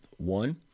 One